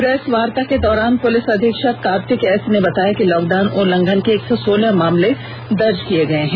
press वार्ता के दौरान पुलिस अधीक्षक कार्तिक एस ने बताया कि लॉकडाउन उल्लंघन के एक सौ सालह मामले दर्ज किये गये हैं